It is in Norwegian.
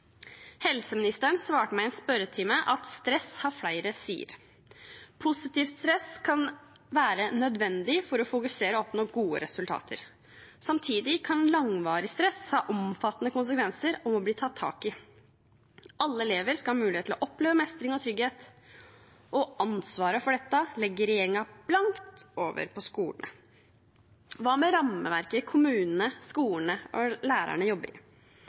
Helseministeren svarte meg i en spørretime at stress har flere sider. Positivt stress kan være nødvendig for å fokusere og oppnå gode resultater. Samtidig kan langvarig stress ha omfattende konsekvenser og må bli tatt tak i. Alle elever skal ha mulighet til å oppleve mestring og trygghet, og ansvaret for dette legger regjeringen blankt over på skolene. Hva med rammeverket kommunene, skolene og lærerne jobber i,